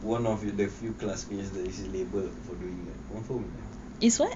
one of the few classmate is labelled for doing that confirm punya